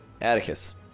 Atticus